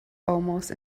almost